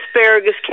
asparagus